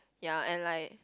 ya and like